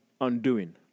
undoing